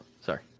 sorry